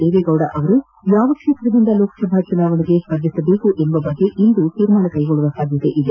ದೇವೇಗೌಡ ಅವರು ಯಾವ ಕ್ವೇತ್ರದಿಂದ ಲೋಕಸಭಾ ಚುನಾವಣೆಗೆ ಸ್ಪರ್ಧಿಸಬೇಕು ಎಂಬ ಕುರಿತು ಇಂದು ತೀರ್ಮಾನ ಕೈಗೊಳ್ಳುವ ಸಾಧ್ಯತೆ ಇದೆ